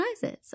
sizes